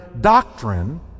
doctrine